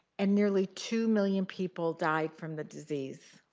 and nearly two million people died from the disease.